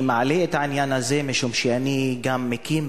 אני מעלה את העניין הזה משום שאני גם מקים